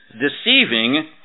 deceiving